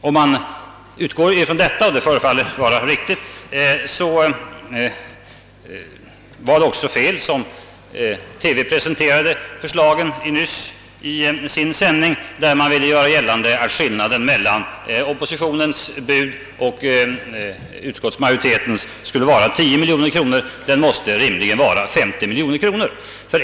Om man utgår från detta — och det förefaller vara riktigt — så var det också fel att presentera förslagen såsom TV gjorde nyss i sin sändning, där man ville göra gällande att skillnaden mellan oppositionens bud och utskottsmajoritetens skulle vara 10 miljoner kronor; den måste rimligen vara 50 miljoner kronor.